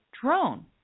drone